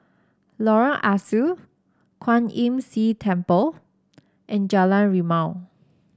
Lorong Ah Soo Kwan Imm See Temple and Jalan Rimau